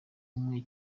umwe